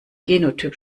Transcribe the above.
genotyp